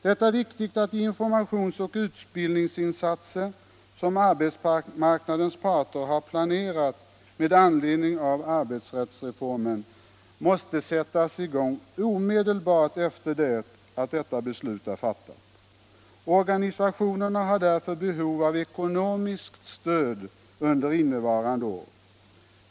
Det är viktigt att de informationsoch utbildningsinsatser som arbetsmarknadens parter har planerat med anledning av arbetsrättsreformen måste sättas i gång omedelbart efter det att detta beslut är fattat. Organisationerna har därför behov av ekonomiskt stöd under innevarande år.